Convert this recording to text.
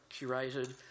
curated